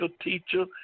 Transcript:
teacher